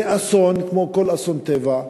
זה אסון כמו כל אסון טבע,